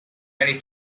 many